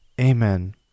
amen